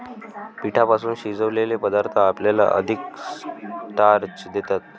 पिठापासून शिजवलेले पदार्थ आपल्याला अधिक स्टार्च देतात